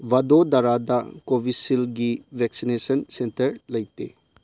ꯕꯗꯣꯗꯔꯥꯗ ꯀꯣꯕꯤꯁꯤꯜꯒꯤ vaccination centre ꯂꯩꯇꯦ